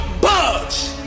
budge